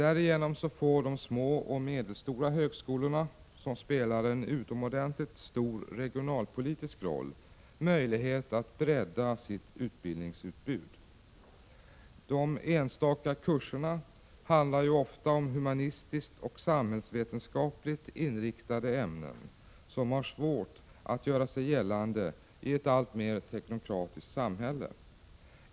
Om det bifalls får de små och medelstora högskolorna, som spelar en utomordentligt stor regionalpolitisk roll, möjlighet att bredda sitt utbildningsutbud. De enstaka kurserna handlar ofta om humanistiskt och samhällsvetenskapligt inriktade ämnen, som har svårt att göra sig gällande i ett alltmer teknokratiskt samhälle.